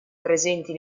presenti